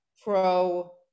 pro